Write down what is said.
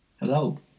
Hello